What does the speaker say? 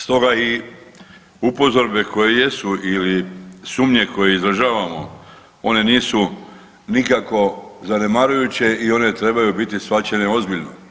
Stoga i upozorbe koje jesu ili sumnje koje izražavamo one nisu nikako zanemarujuće i one trebaju biti shvaćene ozbiljno.